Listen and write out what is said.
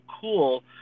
cool